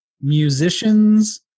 musicians